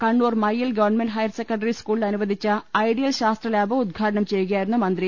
Kannur Mayyil government higher secondary സ്കൂളിൽ അനുവദിച്ച ideal ശാസ്ത്രലാബ് ഉദ്ഘാടനം ചെയ്യുകയായിരുന്നു മന്ത്രി